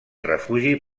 refugi